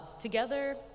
Together